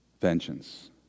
vengeance